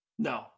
no